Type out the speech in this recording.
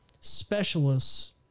specialists